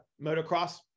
motocross